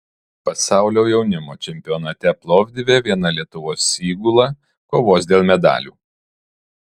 pasaulio jaunimo čempionate plovdive viena lietuvos įgula kovos dėl medalių